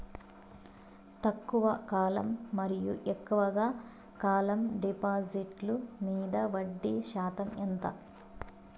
తక్కువ కాలం మరియు ఎక్కువగా కాలం డిపాజిట్లు మీద వడ్డీ శాతం ఎంత?